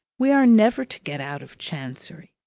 we are never to get out of chancery!